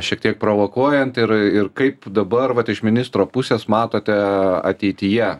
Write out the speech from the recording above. šiek tiek provokuojant ir ir kaip dabar vat iš ministro pusės matote ateityje